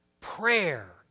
prayer